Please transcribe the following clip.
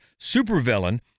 supervillain